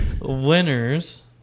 Winners